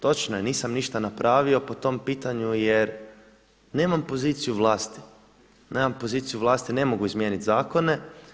Točno je, nisam ništa napravio po tom pitanju jer nemam poziciju vlasti, nemam poziciju vlasti, ne mogu izmijeniti zakone.